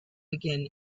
begin